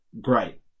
great